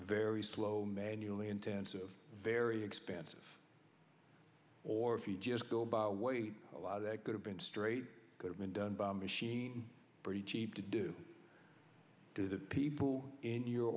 very slow manually intensive very expensive or if you just go by weight a lot that could have been straight could have been done by machine pretty cheap to do to the people in your